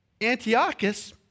Antiochus